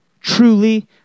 Truly